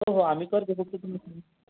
हो हो आम्ही करतो फक्त तुम्ही